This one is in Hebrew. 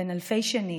בן אלפי שנים,